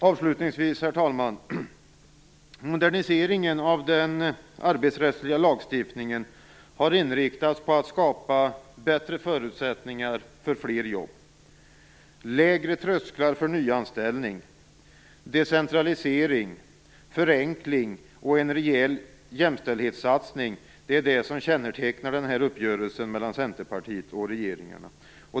Avslutningsvis, herr talman, vill jag säga att moderniseringen av den arbetsrättsliga lagstiftningen har inriktats på att skapa bättre förutsättningar för fler jobb, lägre trösklar för nyanställning, decentralisering, förenkling och en rejäl jämställdhetssatsning. Det är det som kännetecknar den här uppgörelsen mellan Centerpartiet och regeringen.